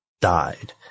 died